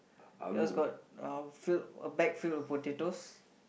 yours got a filled a bag fill of potatoes